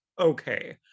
okay